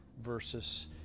versus